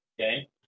okay